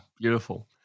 beautiful